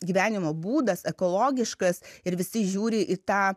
gyvenimo būdas ekologiškas ir visi žiūri į tą